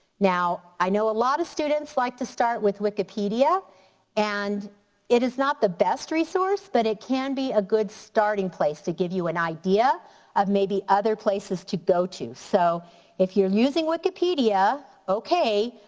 now i know a lot of students like to start with wikipedia and it is not the best resource but it can be a good starting place to give you an idea of maybe other places to go to. so if you're using wikipedia, okay,